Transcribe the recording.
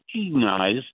recognize